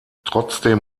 trotzdem